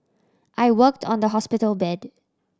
I worked on the hospital bed